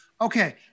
Okay